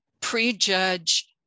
prejudge